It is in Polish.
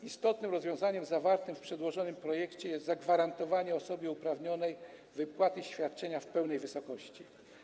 Istotnym rozwiązaniem zawartym w przedłożonym projekcie jest zagwarantowanie osobie uprawnionej wypłaty świadczenia w pełnej wysokości.